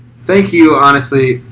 thank you honestly.